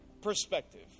perspective